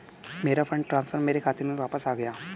मेरा fund transfer मेरे खाते में वापस आ गया है